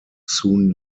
soon